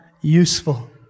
useful